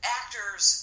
actors